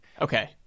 okay